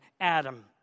Adam